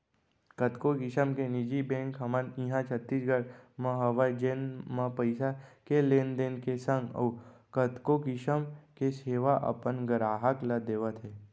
कतको किसम के निजी बेंक हमन इहॉं छत्तीसगढ़ म हवय जेन म पइसा के लेन देन के संग अउ कतको किसम के सेवा अपन गराहक ल देवत हें